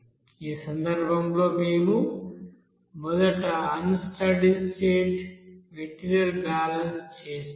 ఈ సందర్భంలో మేము మొదట unsteady state material balance చేస్తాము